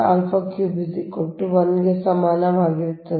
ಆದ್ದರಿಂದ ಸಮಾನವಾಗಿರುತ್ತದೆ